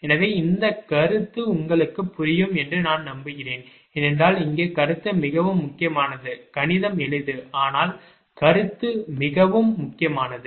எனவே இந்த கருத்து உங்களுக்கு புரியும் என்று நான் நம்புகிறேன் ஏனென்றால் இங்கே கருத்து மிகவும் முக்கியமானது கணிதம் எளிது ஆனால் கருத்து மிகவும் முக்கியமானது